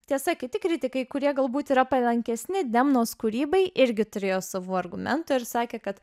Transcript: tiesa kiti kritikai kurie galbūt yra palankesni demnos kūrybai irgi turėjo savų argumentų ir sakė kad